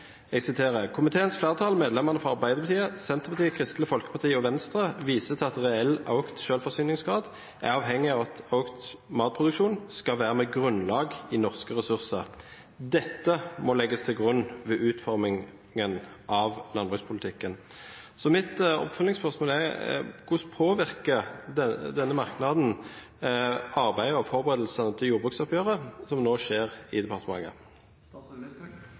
flertall, medlemmene fra Arbeiderpartiet, Senterpartiet, Kristelig Folkeparti og Venstre, viser til at reell økt selvforsyningsgrad er avhengig av at økt matproduksjon skal være med grunnlag i norske ressurser. Dette må legges til grunn ved utformingen av landbrukspolitikken.» Mitt oppfølgingsspørsmål er: Hvordan påvirker denne merknaden arbeidet med og forberedelsene til jordbruksoppgjøret som nå skjer i departementet?